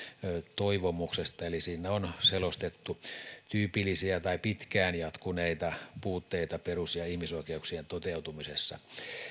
toivomuksesta eli siinä on selostettu tyypillisiä tai pitkään jatkuneita puutteita perus ja ihmisoikeuksien toteutumisessa